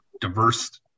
diverse